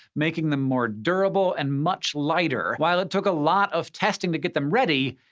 making them more durable and much lighter. while it took a lot of testing to get them ready,